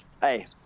Hey